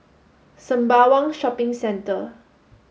Sembawang Shopping Centre